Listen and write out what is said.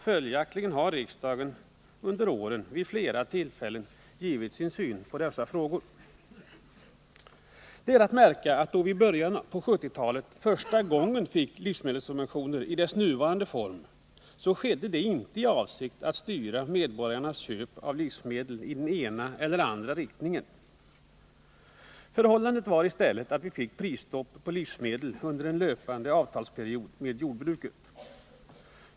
Följaktligen har riksdagen under de här åren vid flera tillfällen givit sin syn på dessa frågor. Det är att märka att då vi i början på 1970-talet första gången fick livsmedelssubventioner i deras nuvarande form skedde det inte i avsikt att styra medborgarnas köp av livsmedel i den ena eller andra riktningen. Det vari stället så att vi fick prisstopp på livsmedel under en löpande avtalsperiod med jordbruket.